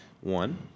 one